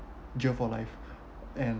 jail for life and